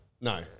No